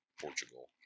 Portugal